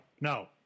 No